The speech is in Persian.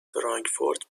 فرانکفورت